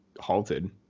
halted